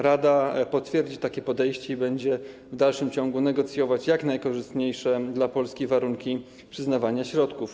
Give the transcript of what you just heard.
Rada potwierdzi takie podejście i będzie w dalszym ciągu negocjować jak najkorzystniejsze dla Polski warunki przyznawania środków.